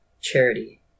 charity